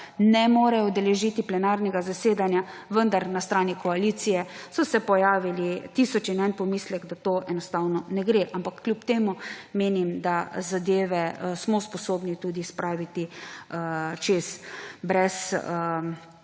ne morejo udeležiti plenarnega zasedanja, vendar se je na strani koalicije pojavil tisoč in en pomislek, da to enostavno ne gre, ampak kljub temu menim, da smo zadeve sposobno tudi spraviti čez brez